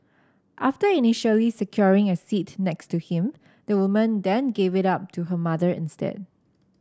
after initially securing a seat next to him the woman then gave it up to her mother instead